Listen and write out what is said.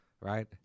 Right